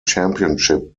championship